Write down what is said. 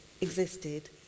existed